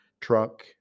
truck